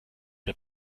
der